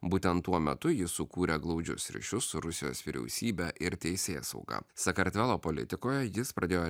būtent tuo metu jis sukūrė glaudžius ryšius su rusijos vyriausybe ir teisėsauga sakartvelo politikoje jis pradėjo